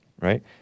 Right